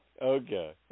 Okay